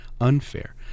unfair